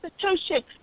Constitution